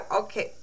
okay